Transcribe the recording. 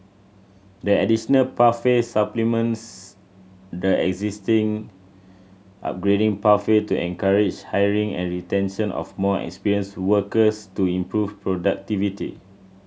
the additional pathway supplements the existing upgrading pathway to encourage hiring and retention of more experienced workers to improve productivity